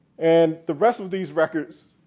and the rest of these records